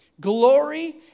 glory